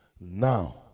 Now